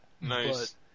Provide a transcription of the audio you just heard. Nice